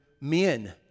men